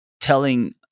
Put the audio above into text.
telling